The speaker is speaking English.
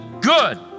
good